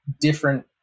different